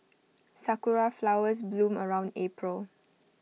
Sakura Flowers bloom around April